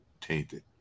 tainted